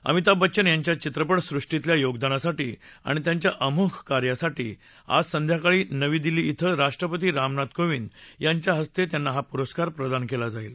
अमिताभ बच्चन यांच्या चित्रपट सुष्टीतल्या योगदानासाठी आणि त्यांच्या अमोघ कार्यायासाठी आज संध्याकाळी नवी दिल्ली ध्रे राष्ट्रपती रामनाथ कोविंद यांच्या हस्ते त्यांना हा पुरस्कार प्रदान केला जाईल